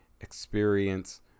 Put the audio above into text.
experience